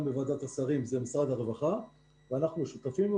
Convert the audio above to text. בוועדת השרים זה משרד הרווחה ואנחנו שותפים,.